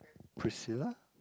Priscilla